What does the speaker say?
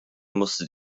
musste